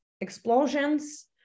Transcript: explosions